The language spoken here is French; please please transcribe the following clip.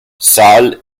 salles